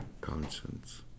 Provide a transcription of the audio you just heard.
conscience